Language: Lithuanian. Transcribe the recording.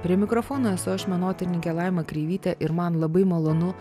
prie mikrofono esu aš menotyrininkė laima kreivytė ir man labai malonu